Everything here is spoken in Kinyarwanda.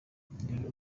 dore